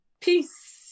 peace